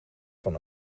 van